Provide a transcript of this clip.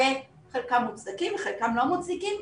חלקן מוצדקות וחלקן לא מוצדקות,